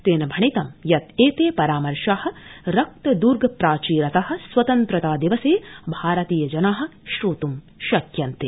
तेन भणितं यत् एते परामर्शा रक्त द्र्ग प्राचीर त स्वतन्त्रता दिवसे भारतीय जना श्रोत्ं शक्यन्ते